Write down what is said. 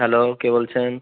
hello কে বলছেন